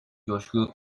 coşku